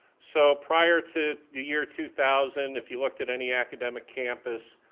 so, prior to the year two thousand if you looked at any academic campus,